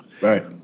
Right